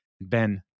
Ben